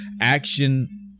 action